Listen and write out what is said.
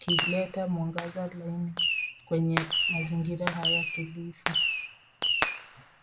likileta mwangaza laini kwenye mazingira haya tulivu.